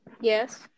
yes